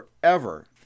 forever